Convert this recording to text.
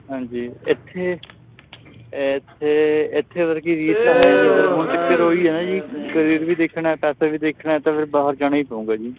ਹਾਂਜੀ ਇੱਥੇ ਇੱਥੇ ਇੱਥੇ ਵਰਗੀ ਰੀਸ ਤਾਂ ਹੈ ਨਹੀਂ ਫਿਰ ਹੁਣ ਚੱਕਰ ਉਹੀ ਆ ਨਾ ਜੀ ਕਰੀਅਰ ਵੀ ਦੇਖਣਾ ਪੈਸਾ ਵੀ ਦੇਖਣਾ ਤਾਂ ਫਿਰ ਬਾਹਰ ਜਾਣਾ ਹੀ ਪਊਗਾ ਜੀ